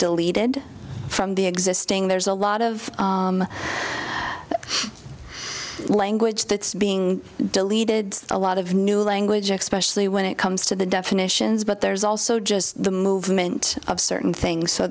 deleted from the existing there's a lot of language that's being deleted a lot of new language expression when it comes to the definitions but there's also just the movement of certain things so